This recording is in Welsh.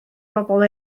bobl